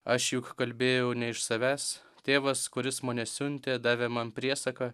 aš juk kalbėjau ne iš savęs tėvas kuris mane siuntė davė man priesaką